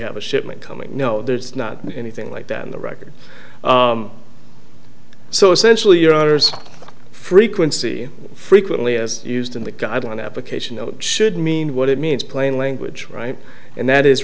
have a shipment coming no there's not anything like that in the record so essentially your honour's frequency frequently as used in the guideline application that should mean what it means plain language right and that is